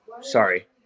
Sorry